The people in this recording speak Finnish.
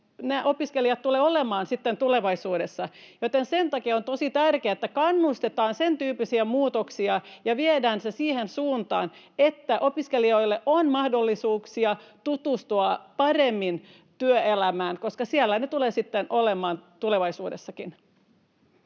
opiskelijat tulevat olemaan sitten tulevaisuudessa. Joten sen takia on tosi tärkeää, että kannustetaan sentyyppisiä muutoksia ja viedään niitä siihen suuntaan, että opiskelijoilla on mahdollisuuksia tutustua paremmin työelämään, koska siellä ne tulevat sitten olemaan tulevaisuudessakin.